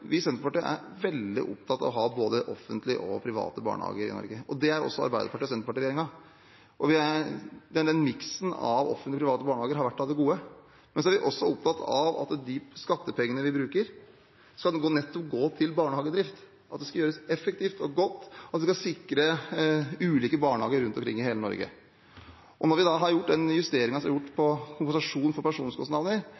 av offentlige og private barnehager har vært av det gode. Så er vi opptatt av at de skattepengene vi bruker, nettopp skal gå til barnehagedrift, at det skal gjøres effektivt og godt, og at det skal sikre ulike barnehager rundt omkring i hele Norge. Når vi nå har gjort den justeringen på kompensasjon for pensjonskostnader, er